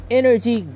energy